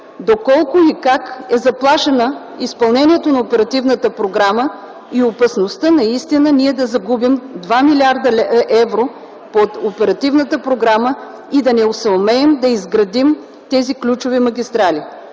доколко и как е заплашено изпълнението на оперативната програма и опасността наистина е ние да загубим 2 млрд. евро от оперативната програма и да не съумеем да изградим тези ключови магистрали.